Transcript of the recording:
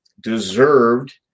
deserved